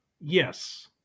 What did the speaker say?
Yes